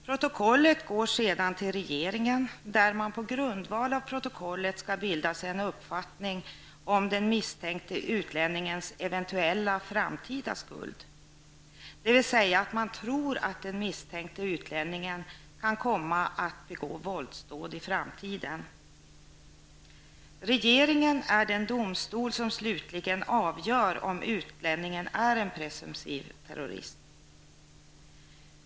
Protokollet går sedan till regeringen som på grundval av protokollet skall bilda sig en uppfattning om den misstänkte utlänningens eventuella framtida skuld. Regeringen skall alltså avgöra om den tror att den misstänkte utlänningen kan komma att begå våldsdåd i framtiden. Regeringen är den domstol som slutligen avgör om utlänningen är en presumtiv terrorist.